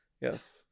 Yes